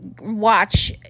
watch